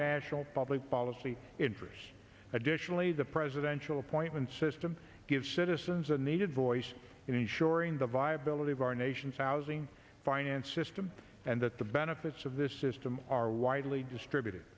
national public policy infers additionally the presidential appointment system gives citizens a needed voice in ensuring the viability of our nation's housing finance system and that the benefits of this system are widely distributed